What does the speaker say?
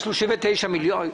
39 מיליון.